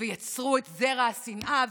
יצרו את זרע השנאה,